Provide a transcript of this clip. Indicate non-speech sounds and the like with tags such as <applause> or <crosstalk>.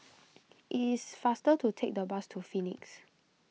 <noise> it is faster to take the bus to Phoenix